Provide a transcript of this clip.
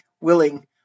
willing